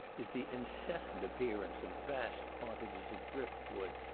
is the incessant appearance of vast quantities of drift wood,